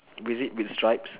with it with stripes